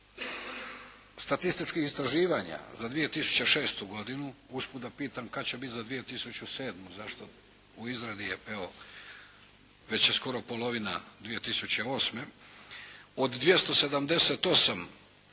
Broj statističkih istraživanja za 2006. godinu, usput da pitam kad će biti za 2007., zašto, u izradi je evo, već je skoro polovina 2008. Od 278